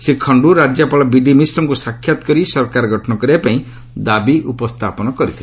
ଶ୍ରୀ ଖଶ୍ଚୁ ରାଜ୍ୟପାଳ ବିଡି ମିଶ୍ରଙ୍କୁ ସାକ୍ଷାତ କରି ସରକାର ଗଠନ କରିବା ପାଇଁ ଦାବି ଉପସ୍ଥାପନ କରିଥିଲେ